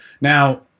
Now